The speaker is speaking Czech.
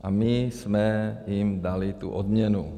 A my jsme jim dali tu odměnu.